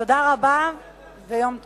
תודה רבה ויום טוב.